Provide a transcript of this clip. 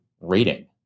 rating